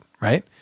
right